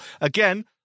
Again